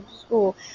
school